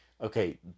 okay